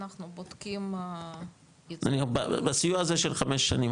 אנחנו בודקים --- בסיוע הזה של חמש שנים,